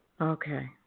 Okay